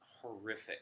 horrific